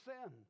Sin